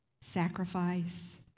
sacrifice